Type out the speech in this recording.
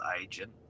agent